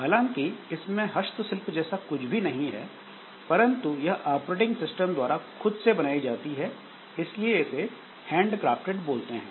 हालांकि इसमें हस्तशिल्प जैसा कुछ भी नहीं है परंतु यह ऑपरेटिंग सिस्टम द्वारा खुद से बनाई जाती है इसलिए इसे हैंड क्राफ्टेड बोलते हैं